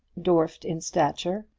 dwarfed in stature,